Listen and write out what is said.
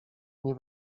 nie